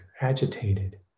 agitated